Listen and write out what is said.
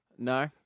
No